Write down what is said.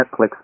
Netflix